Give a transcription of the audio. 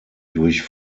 durch